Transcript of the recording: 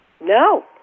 No